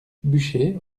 buchez